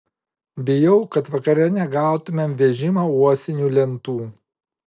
bijau kad vakare negautumėm vežimo uosinių lentų